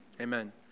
Amen